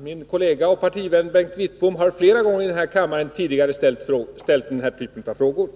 Min kollega och partivän Bengt Wittbom har tidigare flera gånger här i kammaren ställt den typen av frågor.